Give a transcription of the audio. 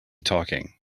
talking